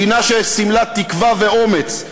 מדינה שסימלה תקווה ואומץ,